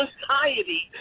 society